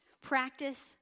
Practice